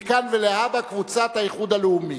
מכאן ולהבא: קבוצת האיחוד הלאומי.